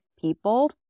people